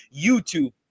YouTube